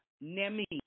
Nemi